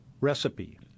recipe